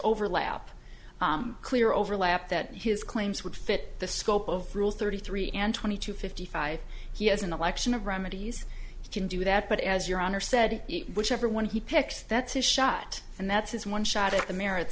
overlap clear overlap that his claims would fit the scope of rule thirty three and twenty two fifty five he has an election of remedies can do that but as your honor said whichever one he picks that's his shut and that's his one shot at the merits